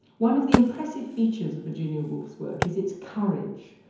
one of the impressive features of virginia woolf's work is its courage.